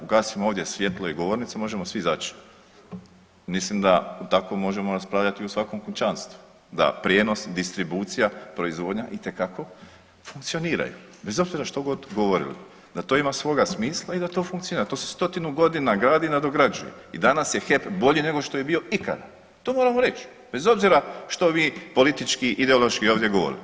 Ugasimo ovdje svjetlo i govornicu i možemo svi izać, mislim da tako možemo raspravljati u svakom kućanstvu da prijenos, distribucija, proizvodnja itekako funkcioniraju, bez obzira što god govorili da to ima svoga smisla i da to funkcionira, to se stotinu godina gradi i nadograđuje i danas je HEP bolji nego što je bio ikada, to moramo reć bez obzira što vi politički ideološki ovdje govorili.